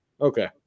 okay